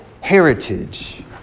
heritage